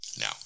Now